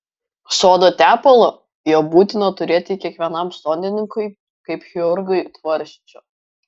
sodo tepalo jo būtina turėti kiekvienam sodininkui kaip chirurgui tvarsčio